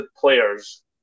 players